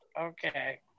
okay